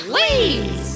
Please